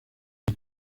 die